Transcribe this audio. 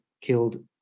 killed